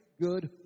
good